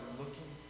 looking